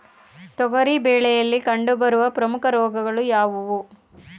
ತೊಗರಿ ಬೆಳೆಯಲ್ಲಿ ಕಂಡುಬರುವ ಪ್ರಮುಖ ರೋಗಗಳು ಯಾವುವು?